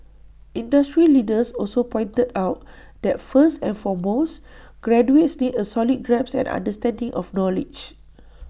industry leaders also pointed out that first and foremost graduates need A solid grasp and understanding of knowledge